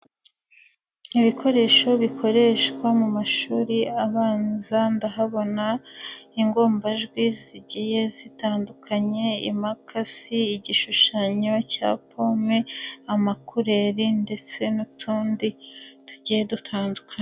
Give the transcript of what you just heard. Ibikoresho bikoreshwa mu mashuri abanza, ndahabona ingombajwi zigiye zitandukanye, imakasi, igishushanyo cya pome, amakureri ndetse n'utundi tugiye dutandukanye.